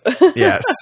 Yes